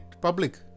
public